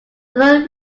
other